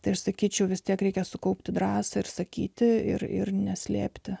tai aš sakyčiau vis tiek reikia sukaupti drąsą išsakyti ir ir neslėpti